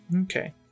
Okay